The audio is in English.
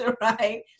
right